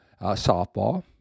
softball